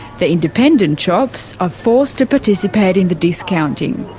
the independent shops are forced to participate in the discounting.